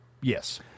Yes